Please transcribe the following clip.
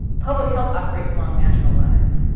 public health operates along national lines,